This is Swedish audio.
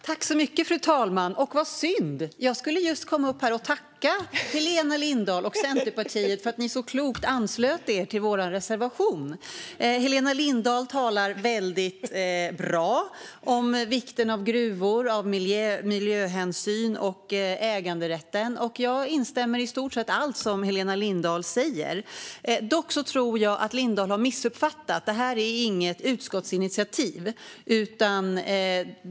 Fru talman! Vad synd! Jag skulle just tacka Helena Lindahl och Centerpartiet för att ni så klokt anslöt er till vår reservation. Helena Lindahl talar väldigt bra om vikten av gruvor, miljöhänsyn och äganderätten. Jag instämmer i stort sett i allt som Helena Lindahl säger. Dock tror jag att hon har missuppfattat en sak. Det här är inget utskottsinitiativ.